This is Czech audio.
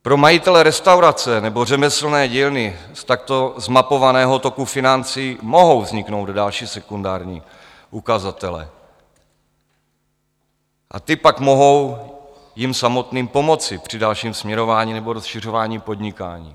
Pro majitele restaurace nebo řemeslné dílny z takto zmapovaného toku financí mohou vzniknout další sekundární ukazatele a ty pak mohou jim samotným pomoci při dalším směrování nebo rozšiřování podnikání.